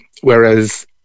whereas